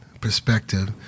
perspective